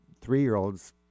three-year-olds